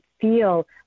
feel